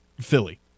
Philly